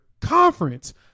conference